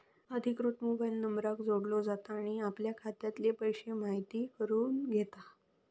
अधिकृत मोबाईल नंबराक जोडलो जाता आणि आपले खात्यातले पैशे म्हायती करून घेता